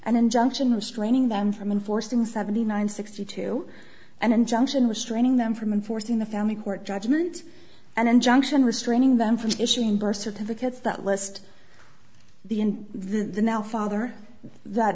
an injunction restraining them from enforcing seventy nine sixty two an injunction restraining them from enforcing the family court judgement an injunction restraining them from issuing birth certificates that list the in the now father that